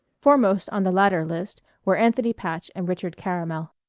foremost on the latter list were anthony patch and richard caramel.